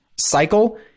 cycle